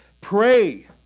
pray